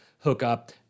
hookup